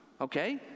Okay